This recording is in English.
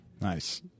Nice